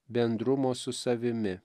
bendrumo su savimi